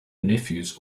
nephews